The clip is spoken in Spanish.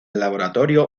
laboratorio